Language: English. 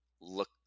look